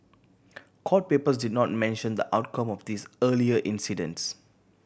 court papers did not mention the outcome of these earlier incidents